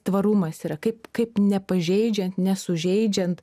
tvarumas yra kaip kaip nepažeidžiant nesužeidžiant